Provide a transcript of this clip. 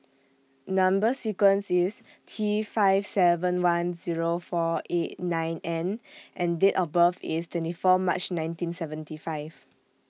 Number sequence IS T five seven one Zero four eight nine N and Date of birth IS twenty four March nineteen seventy five